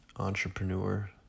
entrepreneur